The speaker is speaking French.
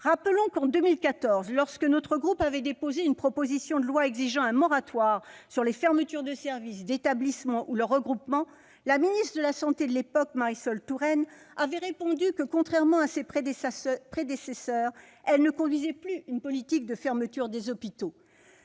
En 2014, alors que notre groupe avait déposé une proposition de loi exigeant un moratoire sur les fermetures de services, d'établissements ou de leurs regroupements, la ministre de la santé de l'époque, Marisol Touraine, avait répondu que, contrairement à ses prédécesseurs, elle ne conduisait plus une politique de fermetures des hôpitaux.